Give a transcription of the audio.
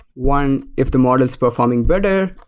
one, if the model is performing better.